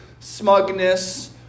smugness